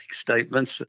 statements